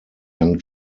young